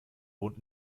wohnt